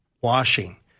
washing